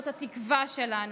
זאת התקווה שלנו.